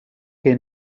que